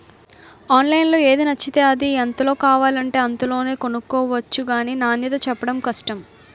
ఆన్లైన్లో ఏది నచ్చితే అది, ఎంతలో కావాలంటే అంతలోనే కొనుక్కొవచ్చు గానీ నాణ్యతే చెప్పడం కష్టం